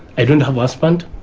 i don't have a husband,